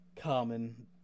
common